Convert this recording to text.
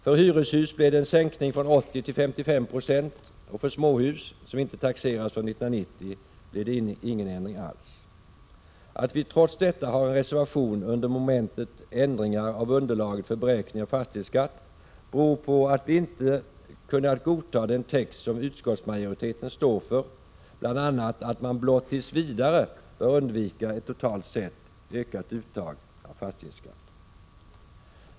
För hyreshus blev det en sänkning från 80 26 till 55 96 och för småhus, som inte taxeras förrän 1990, blir det ingen ändring alls. Att vi trots detta har en reservation under momentet Ändringar av underlaget för beräkning av fastighetsskatt beror på att vi inte kunnat godta den text som utskottsmajoriteten står för, bl.a. att man blott tills vidare bör undvika ett totalt sett ökat uttag av fastighetsskatt.